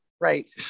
Right